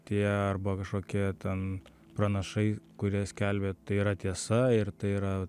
tie arba kažkokie ten pranašai kurie skelbė tai yra tiesa ir tai yra